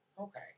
Okay